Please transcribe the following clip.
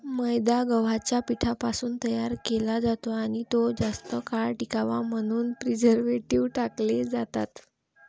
मैदा गव्हाच्या पिठापासून तयार केला जातो आणि तो जास्त काळ टिकावा म्हणून प्रिझर्व्हेटिव्ह टाकले जातात